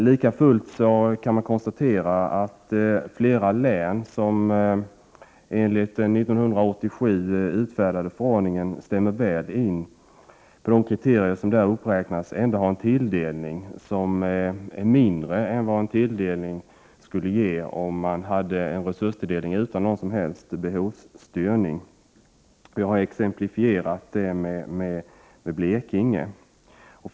Likafullt kan jag konstatera att flera län som enligt den 1987 utfärdade förordningen väl motsvarar de kriterier som uppräknas ändå har en tilldelning som är mindre än vad tilldelningen skulle vara om man hade en resurstilldelning utan någon som helst behovsstyrning. Jag exemplifierade det med Blekinge län.